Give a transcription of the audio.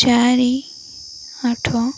ଚାରି ଆଠ